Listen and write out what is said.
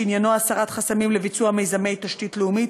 שעניינו הסרת חסמים לביצוע מיזמי תשתית לאומית,